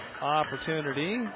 opportunity